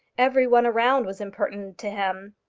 every one around was impertinent to him.